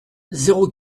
zéro